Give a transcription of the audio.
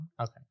Okay